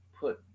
put